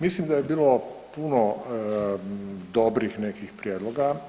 Mislim da je bilo puno dobrih nekih prijedloga.